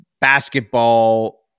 basketball